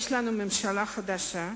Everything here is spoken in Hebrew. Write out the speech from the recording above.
יש לנו ממשלה חדשה,